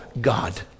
God